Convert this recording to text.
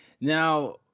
now